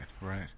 Right